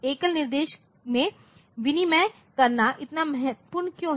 एकल निर्देश में विनिमय करना इतना महत्वपूर्ण क्यों है